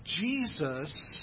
Jesus